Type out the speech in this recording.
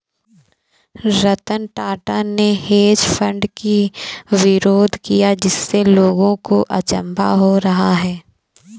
रतन टाटा ने hedge fund की विरोध किया जिससे लोगों को अचंभा हो रहा है